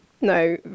no